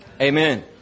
amen